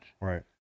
right